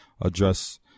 address